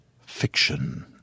fiction